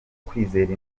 kwizera